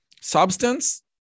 substance